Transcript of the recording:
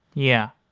yeah.